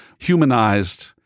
humanized